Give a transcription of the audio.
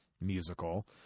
musical